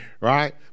right